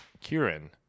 Kieran